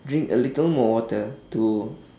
drink a little more water to